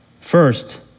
First